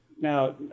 Now